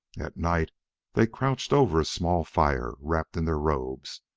at night they crouched over a small fire, wrapped in their robes,